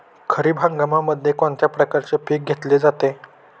खरीप हंगामामध्ये कोणत्या प्रकारचे पीक घेतले जाते?